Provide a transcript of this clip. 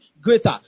greater